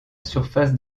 surface